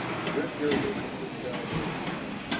drip irrigation systems and